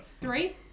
Three